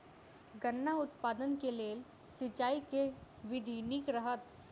गन्ना उत्पादन केँ लेल सिंचाईक केँ विधि नीक रहत?